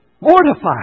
Mortified